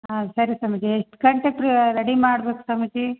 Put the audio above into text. ಹಾಂ ಸರಿ ಸ್ವಾಮೀಜಿ ಕನ್ಟ್ರೆಕ್ಟ್ರ ರೆಡಿ ಮಾಡ್ಬೇಕು ಸ್ವಾಮೀಜಿ